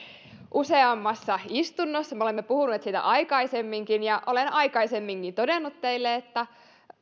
useammassa istunnossa me olemme puhuneet siitä aikaisemminkin ja olen aikaisemminkin todennut teille että